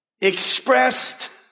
expressed